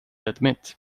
admit